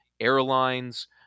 airlines